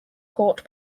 caught